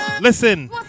Listen